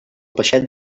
peixet